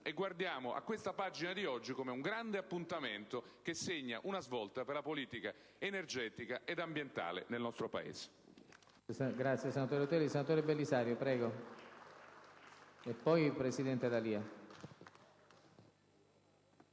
futuro e a questa pagina di oggi come un grande appuntamento che segna una svolta per la politica energetica e ambientale nel nostro Paese.